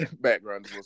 background